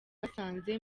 basanze